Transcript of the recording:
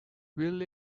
will